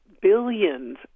billions